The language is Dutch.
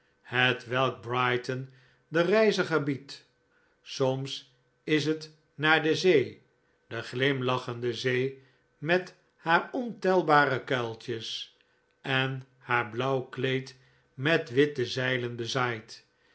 hetwelk brighton den reiziger biedt soms is het naar de zee de glimlachende zee met haar ontelbare kuiltjes en haar blauw kleed met witte zeilen bezaaid